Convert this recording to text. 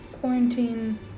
quarantine